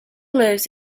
lives